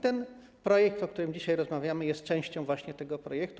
Ten projekt, o którym dzisiaj rozmawiamy, jest częścią właśnie tego programu.